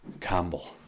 Campbell